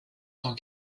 cent